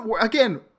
again